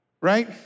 right